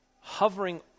Hovering